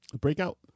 breakout